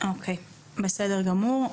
בסדר גמור.